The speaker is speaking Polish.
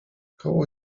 koło